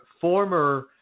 former